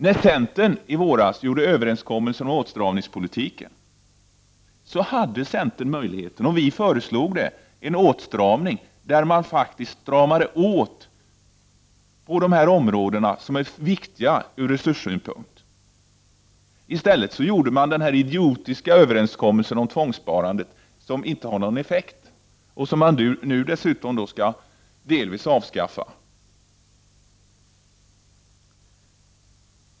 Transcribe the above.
När centern i våras gjorde överenskommelsen om åtstramningspolitiken hade centern möjligheten — och vi föreslog det — att förespråka en åtstramning där man faktiskt stramade åt på de områden som är viktiga ur resurssynpunkt. I stället gjorde man den idiotiska överenskommelsen om tvångssparandet som inte har någon effekt och som man nu dessutom skall delvis avskaffa.